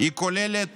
היא כוללת